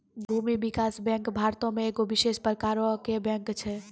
भूमि विकास बैंक भारतो मे एगो विशेष प्रकारो के बैंक छै